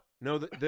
no